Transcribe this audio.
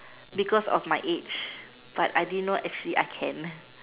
because of my age but I didn't know actually I can